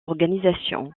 organisation